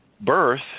birth